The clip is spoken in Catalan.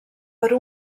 per